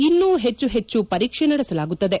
ಇನ್ನು ಹೆಚ್ಚು ಹೆಚ್ಚು ಪರೀಕ್ಷೆ ನಡೆಸಲಾಗುತ್ತದೆ